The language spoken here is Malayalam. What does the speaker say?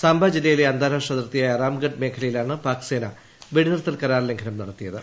സാംബ ജില്ലയിലെ ആന്താരാഷ്ട്ര അതിർത്തിയായ രാംഗഡ് മേഖലയിലാണ് പാക് സേന വെടിനിർത്തൽ കരാർ ലംഘനം നടത്തിയത്